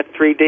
3D